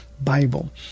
Bible